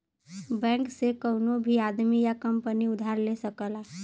bank से कउनो भी आदमी या कंपनी उधार ले सकला